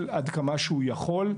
לפעול, עד כמה שהוא יכול.